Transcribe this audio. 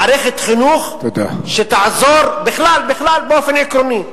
מערכת חינוך שתעזור בכלל, בכלל, באופן עקרוני.